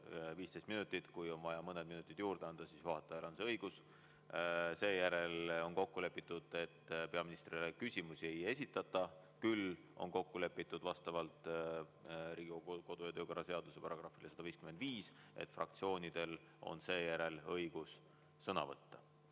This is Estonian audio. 15 minutit. Kui on vaja mõned minutid juurde anda, siis juhatajal on see õigus. Seejärel on kokku lepitud, et peaministrile küsimusi ei esitata. Küll on kokku lepitud vastavalt Riigikogu kodu- ja töökorra seaduse §-le 155, et fraktsioonidel on seejärel õigus sõna võtta